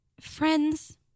Friends